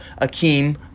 Akeem